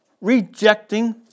rejecting